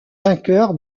vainqueur